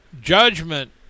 judgment